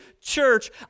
church